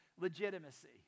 legitimacy